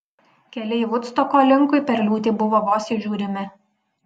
keliai vudstoko linkui per liūtį buvo vos įžiūrimi